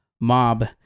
mob